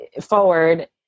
forward